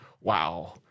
Wow